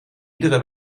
iedere